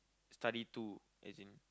study too as in